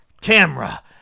camera